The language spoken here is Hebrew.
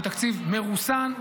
הוא תקציב מרוסן,